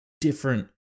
different